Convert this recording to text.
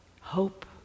Hope